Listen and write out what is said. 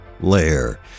lair